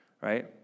right